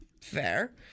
Fair